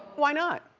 why not?